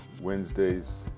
Wednesday's